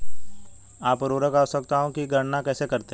आप उर्वरक आवश्यकताओं की गणना कैसे करते हैं?